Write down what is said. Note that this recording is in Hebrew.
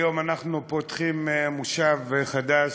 היום אנחנו פותחים מושב חדש,